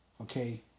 Okay